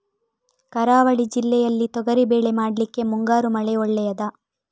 ಕರಾವಳಿ ಜಿಲ್ಲೆಯಲ್ಲಿ ತೊಗರಿಬೇಳೆ ಮಾಡ್ಲಿಕ್ಕೆ ಮುಂಗಾರು ಮಳೆ ಒಳ್ಳೆಯದ?